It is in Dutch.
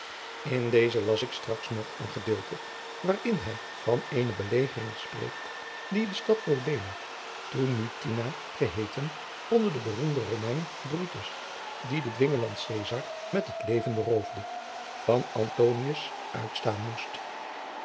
in deze las ik straks nog een gedeelte waarin hij van eene belegering spreekt die de stad modena toen mutina geheeten onder den beroemden romein brutus die den dwingeland caesar van het leven beroofde van antonius uitstaan moest